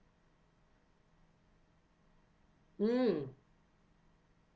mm